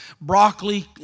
broccoli